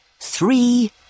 Three